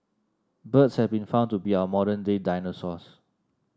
birds have been found to be our modern day dinosaurs